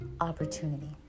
opportunity